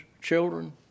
children